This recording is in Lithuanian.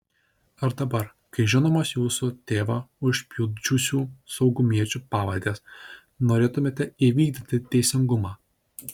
ar dabar kai žinomos jūsų tėvą užpjudžiusių saugumiečių pavardės norėtumėte įvykdyti teisingumą